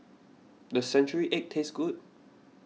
does Century Egg taste good